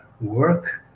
work